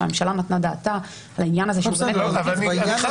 שהממשלה נתנה דעתה לעניין הזה ש --- אני חייב